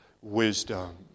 wisdom